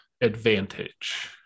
advantage